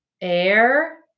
air